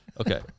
Okay